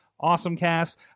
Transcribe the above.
AwesomeCast